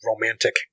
romantic